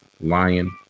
lion